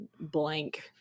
blank